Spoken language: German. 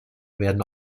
werden